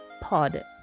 pod